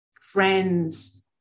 friends